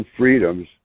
freedoms